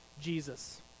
Jesus